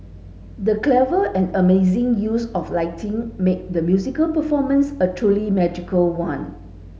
the clever and amazing use of lighting made the musical performance a truly magical one